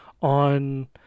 on